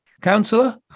councillor